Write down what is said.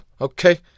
okay